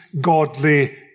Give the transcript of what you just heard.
godly